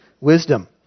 Wisdom